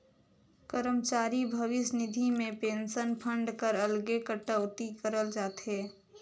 करमचारी भविस निधि में पेंसन फंड कर अलगे कटउती करल जाथे